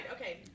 Okay